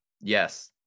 Yes